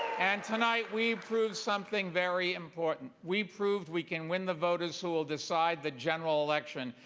and tonight, we proved something very important. we proved we can win the voters who will decide the general election.